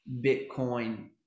Bitcoin